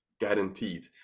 guaranteed